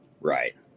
Right